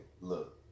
look